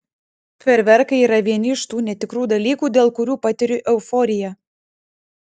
fejerverkai yra vieni iš tų netikrų dalykų dėl kurių patiriu euforiją